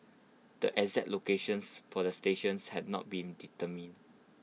the exact locations for the stations have not been determined